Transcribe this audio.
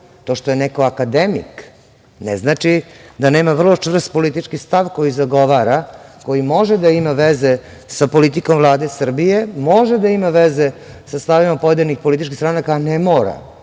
To što je neko akademik, ne znači da nema vrlo čvrst politički stav koji zagovara, koji može da ima veze sa politikom Vlade Srbije, može da ima veze sa stavovima pojedinih političkih stranaka, a ne mora.